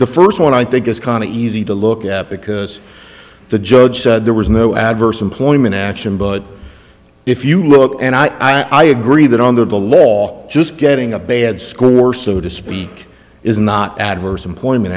the first one i think is kind of easy to look at because the judge said there was no adverse employment action but if you look and i agree that on the law just getting a bad school or so to speak is not adverse employment